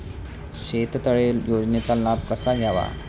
शेततळे योजनेचा लाभ कसा घ्यावा?